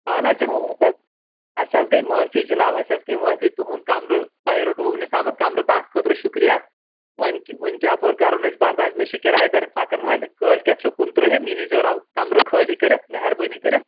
اَہَن حظ جِناب اَسہِ حظ اَسہِ حظ گٔے معٲفی جِناب اَسہِ حظ گٔے معٲفی تُہُنٛد کَمرٕ تۄہہِ روٚٹوٕ وُنیُکتام کَمرٕ تَتھ خٲطرٕ شُکریہ ونکہِ وُنۍ کہِ اَپور کَرو نہٕ أسۍ برداش مےٚ چھِ کِراے دَر پَکن وٲلۍ کٲلۍ کٮ۪تھ چھُو کُنترٕٛہِم یہِ نیٖزیٚو رَو کَمرٕ خٲلی کٔرِتھ مہربٲنی کٔرِتھ